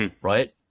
right